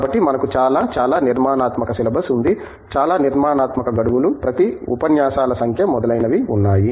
కాబట్టి మనకు చాలా చాలా నిర్మాణాత్మక సిలబస్ ఉంది చాలా నిర్మాణాత్మక గడువులు ప్రతి ఉపన్యాసాల సంఖ్య మొదలైనవి ఉన్నాయి